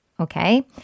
Okay